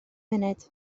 munud